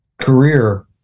career